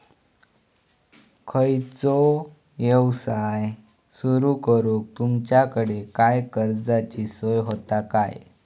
खयचो यवसाय सुरू करूक तुमच्याकडे काय कर्जाची सोय होता काय?